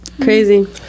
crazy